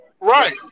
right